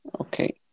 Okay